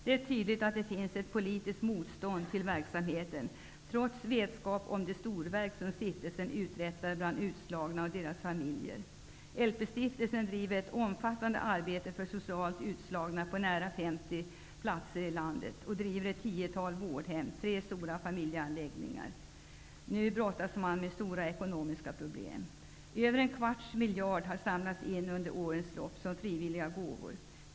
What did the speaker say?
Det är tydligt att det finns ett politiskt motstånd mot verksamheten, trots vetskap om de storverk som stiftelsen uträttar bland utslagna och deras familjer. LP-stiftelsen bedriver ett omfattande arbete för socialt utslagna på nära 50 platser i landet och driver ett tiotal vårdhem och tre stora familjeanläggningar. Nu brottas man med stora ekonomiska problem. Över en kvarts miljard har samlats in under årens lopp som frivilliga gåvor.